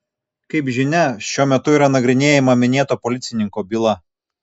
kaip žinia šiuo metu yra nagrinėjama minėto policininko byla